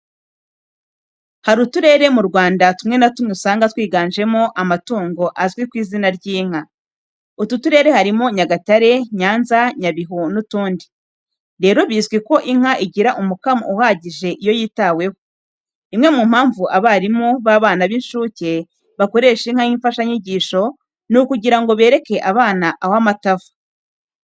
Hari uturere mu Rwanda tumwe na tumwe usanga twiganjemo amatungo azwi ku izina ry'inka. Utu turere harimo Nyagatare, Nyanza, Nyabihu n'utundi. Rero bizwi ko inka igira umukamo uhagije iyo yitaweho. Imwe mu mpamvu abarimu b'abana b'incuke bakoresha inka nk'imfashanyigisho ni ukugira ngo bereke abana aho amata ava.